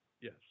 Yes